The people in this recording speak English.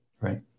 Right